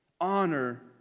Honor